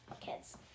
kids